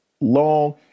long